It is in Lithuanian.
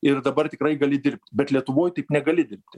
ir dabar tikrai gali dirbt bet lietuvoj taip negali dirbti